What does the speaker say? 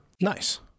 Nice